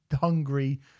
hungry